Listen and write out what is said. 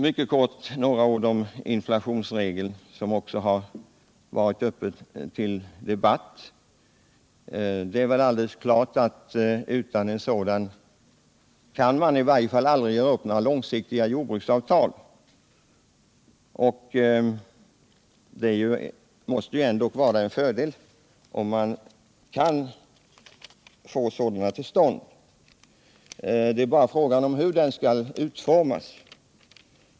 Mycket kort några ord om inflationsregeln, som också varit uppe till debatt. Det är väl alldeles klart att man utan en sådan regel inte kan träffa några långsiktiga jordbruksavtal. Och det måste ju ändå vara en fördel om man kan få sådana till stånd. Frågan är bara hur denna regel skall utformas.